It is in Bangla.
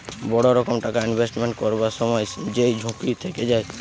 বড় রকম টাকা ইনভেস্টমেন্ট করবার সময় যেই ঝুঁকি থেকে যায়